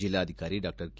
ಜಿಲ್ಲಾಧಿಕಾರಿ ಡಾ ಕೆ